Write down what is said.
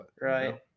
right